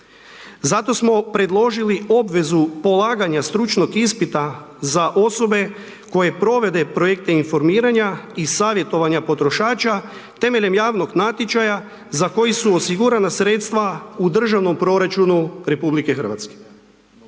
Zato smo predložili obvezu polaganja stručnog ispita za osobe koje provode projekte informiranja i savjetovanja potrošača temeljem javnog natječaja za koji su osigurana sredstva u državnom proračunu RH.